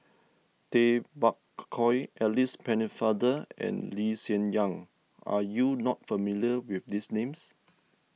Tay Bak Koi Alice Pennefather and Lee Hsien Yang are you not familiar with these names